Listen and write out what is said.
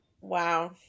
Wow